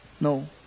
No